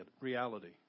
Reality